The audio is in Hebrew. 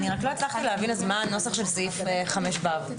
לא הצלחתי להבין מה הנוסח של סעיף 5(ו).